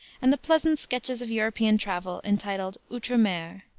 and the pleasant sketches of european travel entitled outre mer.